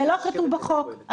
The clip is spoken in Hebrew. זה לא כתוב בחוק.